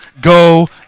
go